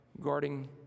guarding